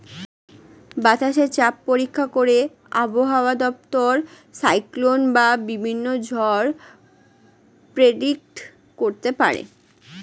বাতাসে চাপ পরীক্ষা করে আবহাওয়া দপ্তর সাইক্লোন বা বিভিন্ন ঝড় প্রেডিক্ট করতে পারে